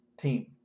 team